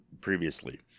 previously